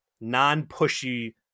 non-pushy